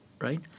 Right